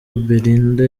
belinda